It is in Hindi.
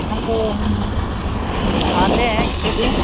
हाँ तो हम आते हैं किसी दिन